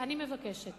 אני מבקשת